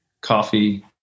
coffee